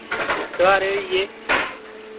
छुहारे होइये